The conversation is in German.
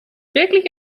wirklich